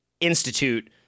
Institute